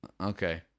Okay